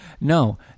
no